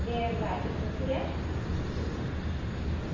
दे होनबा दोन्थ'नोसै दे औ औ